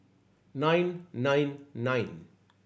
nine nine nine